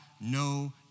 no